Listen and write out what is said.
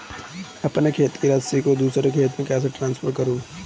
अपने खाते की राशि को दूसरे के खाते में ट्रांसफर कैसे करूँ?